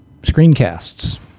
Screencasts